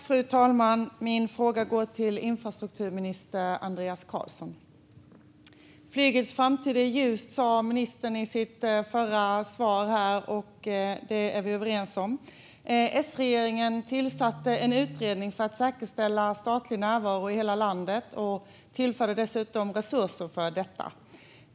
Fru talman! Min fråga går till infrastrukturminister Andreas Carlson. Nyss sa ministern att flygets framtid är ljus, och det är vi överens om. S-regeringen tillsatte en utredning för att säkerställa statlig närvaro i hela landet och tillförde dessutom resurser för detta.